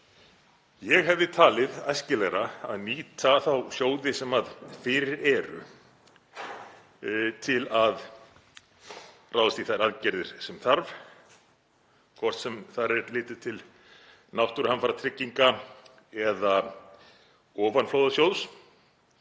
Ég hefði talið æskilegra að nýta þá sjóði sem fyrir eru til að ráðast í þær aðgerðir sem þarf, hvort sem þar er litið til náttúruhamfaratryggingar eða ofanflóðasjóðs,